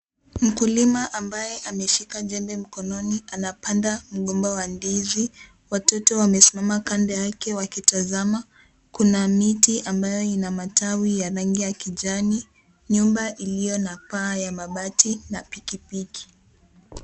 Mkulima ambaye ameshika jembe mkononi, anapanda mgomba wa ndizi. Watoto wamesimama kando yake wakitazama, kuna miti ambayo ina rangi ya kijani, nyumba iliyo na paa ya mabati na pikipiki.